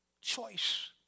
choice